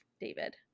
david